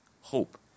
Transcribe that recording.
hope